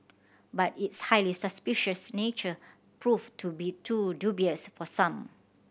but its highly suspicious nature proved to be too dubious for some